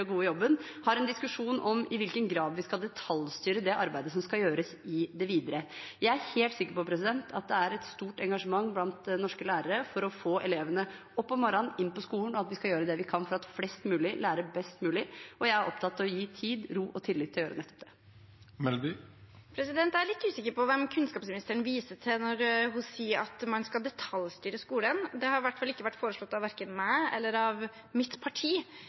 og gode jobben har en diskusjon om i hvilken grad vi skal detaljstyre det arbeidet som skal gjøres i det videre. Jeg er helt sikker på at det er et stort engasjement blant norske lærere for å få elevene opp om morgenen og inn på skolen, og at vi skal gjøre det vi kan for at flest mulig lærer best mulig. Og jeg er opptatt av å gi tid, ro og tillit til å gjøre nettopp det. Jeg er litt usikker på hvem kunnskapsministeren viser til når hun sier at man skal detaljstyre skolen. Det har i hvert fall ikke vært foreslått verken av meg eller av mitt parti.